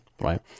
right